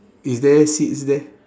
is there seats there